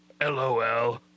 LOL